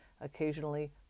occasionally